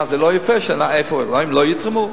זה לא יפה, הם לא יתרמו?